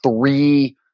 three